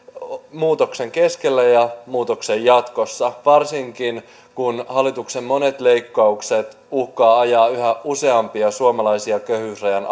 muutoksen keskellä ja muutoksen jatkossa varsinkin kun hallituksen monet leikkaukset uhkaavat ajaa yhä useampia suomalaisia köyhyysrajan